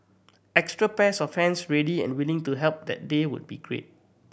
extra pairs of hands ready and willing to help that day would be great